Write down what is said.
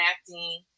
acting